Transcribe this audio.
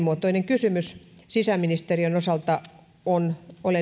monimuotoinen kysymys sisäministeriön osalta olen vienyt myös